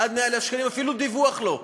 עד 100,000 שקלים אפילו לא דיווח לא,